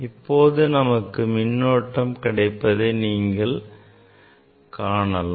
இப்போது நமக்கு மின்னோட்டம் கிடைப்பதை நீங்கள் காணலாம்